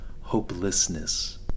hopelessness